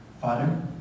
Father